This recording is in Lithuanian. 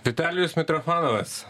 vitalijus mitrofanovas